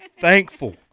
thankful